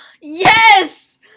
Yes